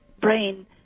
brain